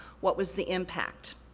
what was the impact?